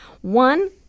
one